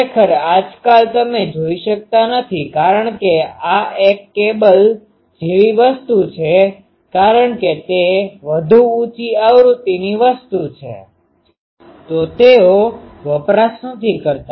ખરેખર આજકાલ તમે જોઈ શકતા નથી કારણ કે આ એક કેબલ જેવી વસ્તુ છે કારણ કે તે વધુ ઉંચી આવૃત્તિની વસ્તુઓ છે તો તેઓ વપરાશ નથી કરતા